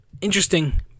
Interesting